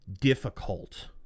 difficult